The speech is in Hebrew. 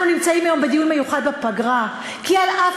אנחנו נמצאים היום בדיון מיוחד בפגרה כי אף